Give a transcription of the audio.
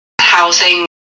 housing